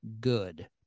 good